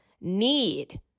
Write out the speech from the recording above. need